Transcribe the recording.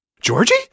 Georgie